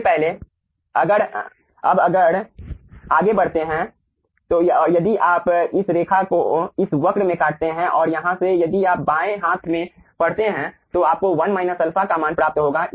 सबसे पहले अगर हम आगे बढ़ते हैं और यदि आप इस रेखा को इस वक्र में काटते हैं और यहाँ से यदि आप बाएं हाथ में पढ़ते हैं तो आपको 1 α का मान प्राप्त होगा